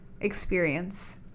experience